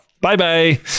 bye-bye